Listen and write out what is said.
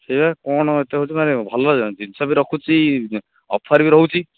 ସେଇଆ କ'ଣ ଏମିତି ହେଉଛି ମାନେ ଭଲ ଜିନିଷ ବି ରଖୁଛି ଅଫର୍ ବି ରହୁଛି